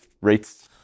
rates